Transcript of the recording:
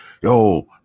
Yo